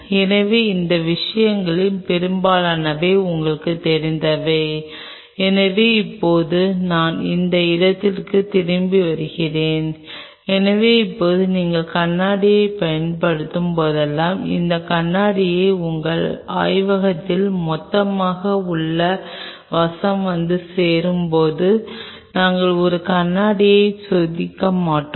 இது மிகவும் சிக்கலான தொடர்பு போன்றதாக இருக்கும் இது இதுபோன்ற ஏதாவது ஒன்றின் மூலம் வரும் இப்போது நீங்கள் முயற்சிக்கும்போதெல்லாம் நீங்கள் இந்த வகையான விஷயங்களைச் செய்ய முயற்சிக்கிறீர்கள்